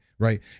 Right